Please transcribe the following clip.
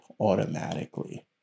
automatically